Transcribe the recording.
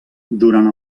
durant